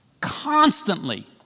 constantly